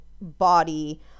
body